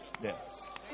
Yes